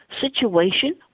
situation